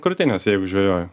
krūtinės jeigu žvejoju